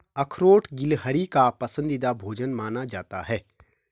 अखरोट गिलहरी का पसंदीदा भोजन माना जाता है